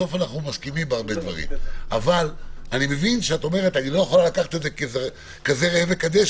אני מבין שאת אומרת: אני לא יכולה לקחת את זה כזה ראה וקדש,